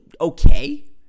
okay